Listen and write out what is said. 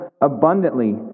abundantly